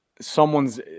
someone's